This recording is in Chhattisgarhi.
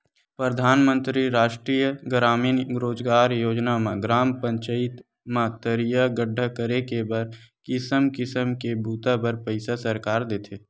परधानमंतरी रास्टीय गरामीन रोजगार योजना म ग्राम पचईत म तरिया गड्ढ़ा करे के बर किसम किसम के बूता बर पइसा सरकार देथे